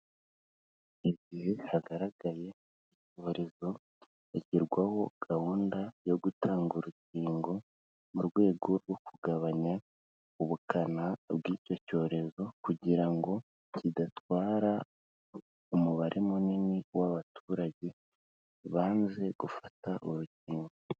Igihe hagaragaye icyorezo hashyirwaho gahunda yo gutanga urukingo, mu rwego rwo kugabanya ubukana bw'icyo cyorezo kugira ngo kidatwara umubare munini w'abaturage banze gufata urukingo.